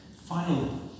Final